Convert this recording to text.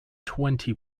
twenty